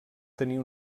tenir